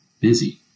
busy